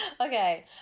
Okay